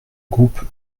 groupe